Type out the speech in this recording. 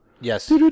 Yes